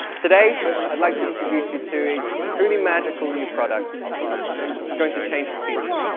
today i'd like to introduce you to a truly magical new product it's going to change the future